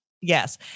Yes